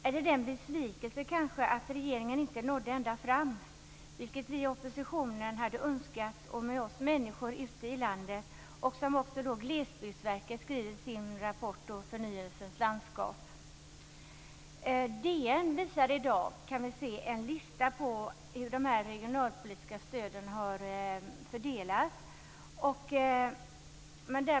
Är det kanske i besvikelse över att regeringen inte nådde ända fram, något som vi i oppositionen och med oss många människor ute i landet hade önskat och som Glesbygdsverket skriver i sin rapport om förnyelsens landskap? I DN redovisas i dag en lista över hur de regionalpolitiska stöden har fördelats.